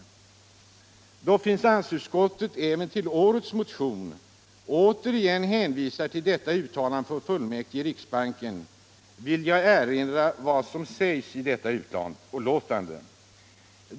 Då finansutskottet även till årets motion återigen hänvisade till detta uttalande från fullmäktige i riksbanken vill jag erinra om vad som sägs i detta betänkande.